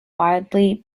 widely